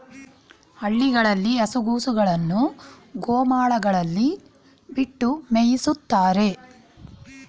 ಹಳ್ಳಿಗಳಲ್ಲಿ ಹಸುಗಳನ್ನು ಗೋಮಾಳಗಳಲ್ಲಿ ಬಿಟ್ಟು ಮೇಯಿಸುತ್ತಾರೆ